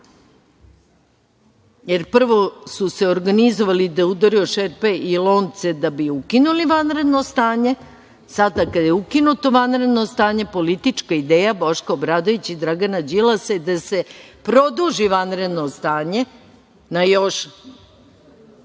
jer prvo su se organizovali da udaraju u šerpe i lonce da bi ukinuli vanredno stanje, a sada kada je ukinuto vanredno stanje, politička ideja Boška Obradovića i Dragana Đilasa je da se produži vanredno stanje na još